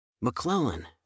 McClellan